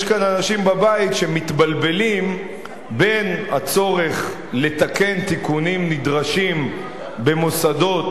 יש כאלה אנשים בבית שמתבלבלים בין הצורך לתקן תיקונים נדרשים במוסדות